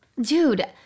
Dude